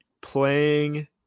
playing